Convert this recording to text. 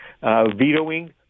vetoing